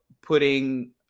putting